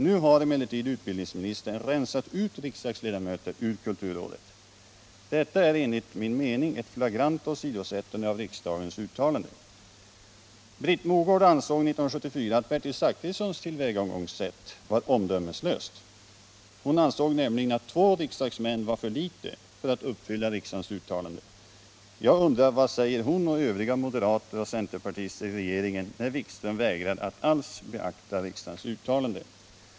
Nu har emellertid utbildningsministern rensat ut riksdagsledamöter ur kulturrådet. Detta är enligt min mening ett flagrant åsidosättande av riksdagens uttalande. Britt Mogård tyckte 1974 att Bertil Zachrissons tillvägagångssätt var omdömeslöst. Hon ansåg nämligen att två riksdagsmän var för litet för att uppfylla riksdagens önskan. Jag undrar vad hon och övriga moderater och centerpartister i regeringen säger nu, när Jan-Erik Wikström helt vägrar att beakta riksdagens uttalande.